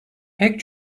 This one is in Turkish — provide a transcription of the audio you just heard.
pek